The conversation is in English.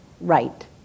right